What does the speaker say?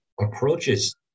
approaches